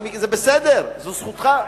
זה בסדר, זו זכותך,